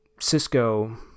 Cisco